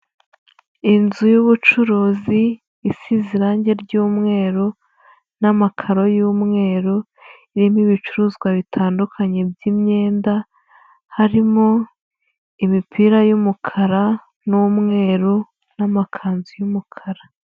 Inzu y'ubucuruzi isize irangi ry'umweru ,n'amakaro y'umweru, irimo ibicuruzwa bitandukanye by'imyenda, harimo imipira y'umukara n'umweru, n'amakanzu y'umukara.